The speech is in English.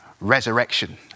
resurrection